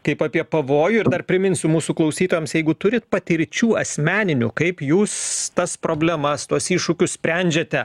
kaip apie pavojų ir dar priminsiu mūsų klausytojams jeigu turit patirčių asmeninių kaip jūs tas problemas tuos iššūkius sprendžiate